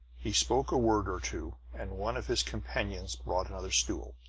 he spoke a word or two, and one of his companions brought another stool,